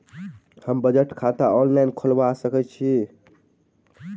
हम बचत खाता ऑनलाइन खोलबा सकलिये?